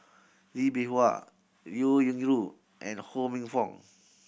Lee Bee Wah Liao Yingru and Ho Minfong